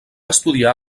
estudiar